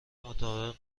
مطابق